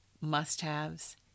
must-haves